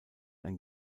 ein